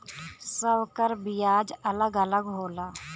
सब कर बियाज अलग अलग होला